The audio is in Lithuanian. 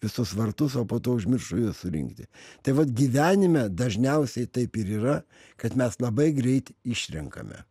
visus vartus o po to užmiršo juos surinkti tai vat gyvenime dažniausiai taip ir yra kad mes labai greit išrenkame